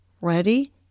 Ready